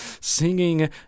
singing